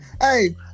Hey